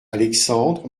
alexandre